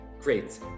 Great